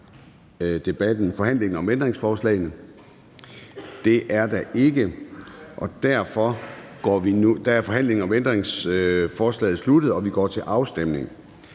forhandlingen om ændringsforslaget? Det er der ikke. Derfor er forhandlingen om ændringsforslaget sluttet, og vi går til afstemning.